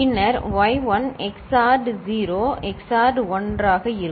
பின்னர் y 1 XORed 0 XORed 1 ஆக இருக்கும்